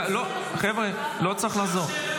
חבר'ה, לא צריך לעזור.